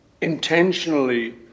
intentionally